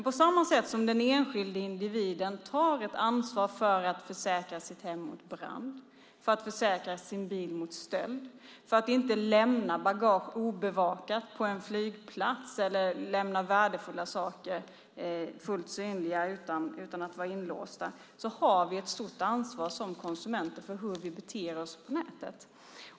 På samma sätt som en enskild individ tar ansvar för att försäkra sitt hem mot brand och sin bil mot stöld och inte lämna sitt bagage obevakat på en flygplats eller lämna värdefulla saker fullt synliga utan att låsa in dem har vi som konsumenter ett stort ansvar för hur vi beter oss på nätet.